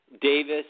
Davis